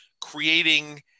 creating